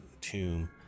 tomb